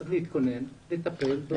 צריך להתכונן לטפל בקשישים.